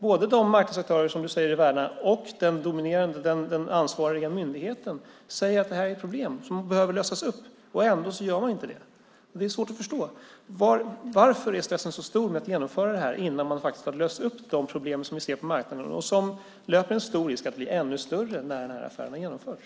Både de marknadsaktörer som Karin Pilsäter säger sig värna och den ansvariga myndigheten säger att det är ett problem som behöver lösas, och ändå gör man inte det. Det är svårt att förstå. Varför är stressen så stor för att genomföra fusionen innan man löst de problem som vi ser på marknaden och som riskerar att bli ännu större när affären har genomförts?